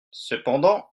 cependant